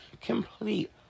Complete